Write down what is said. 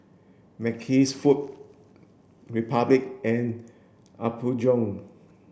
Mackays Food Republic and Apgujeong